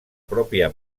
pròpia